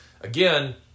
again